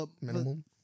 minimum